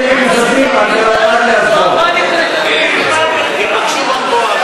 הזיגזוגים החוזרים ונשנים בפעולתך המדינית,